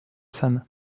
femme